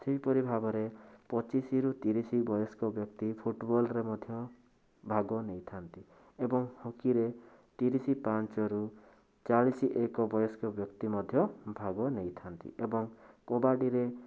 ସେହିପରି ଭାବରେ ପଚିଶିରୁ ତିରିଶି ବୟସ୍କ ବ୍ୟକ୍ତି ଫୁଟବଲ୍ ରେ ମଧ୍ୟ ଭାଗ ନେଇଥାନ୍ତି ଏବଂ ହକିରେ ତିରିଶି ପାଞ୍ଚ ରୁ ଚାଳିଶି ଏକ ବୟସ୍କ ବ୍ୟକ୍ତି ମଧ୍ୟ ଭାଗ ନେଇଥାନ୍ତି ଏବଂ କବାଡ଼ିରେ